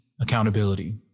accountability